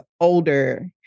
older